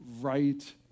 right